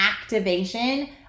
activation